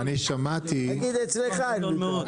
תגיד שאצלך אין ויכוח.